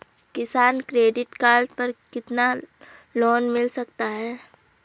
किसान credit card पर कितना लोंन मिल सकता है?